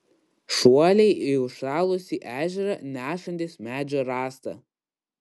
šuoliai į užšalusį ežerą nešantis medžio rąstą